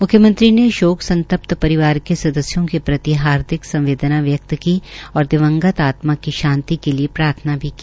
म्ख्यमंत्री ने शोक संतप्त परिवार के सदस्यों के प्रति हार्दिक संवेदना व्यक्त की और दिवंगत आत्मा की शांति के लिए प्रार्थना भी की